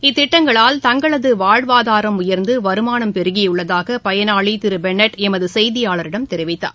இத்திட்டங்களால் தங்களதுவாழ்வாதாரம் உயர்ந்துவருமானம் பெருக்கியுள்ளதாகபயனாளிதிருபெனட் எமதுசெய்தியாளரிடம் தெரிவித்தார்